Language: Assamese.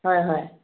হয় হয়